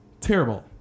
Terrible